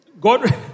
God